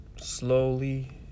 slowly